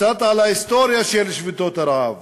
קצת על ההיסטוריה של שביתות הרעב.